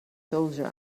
soldier